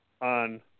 on